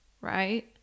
right